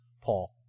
Paul